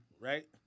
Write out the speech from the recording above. right